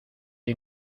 hay